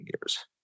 years